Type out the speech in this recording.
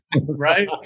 right